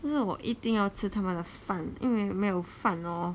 但是我一定要吃他们的饭因为没有饭 hor